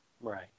Right